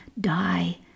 die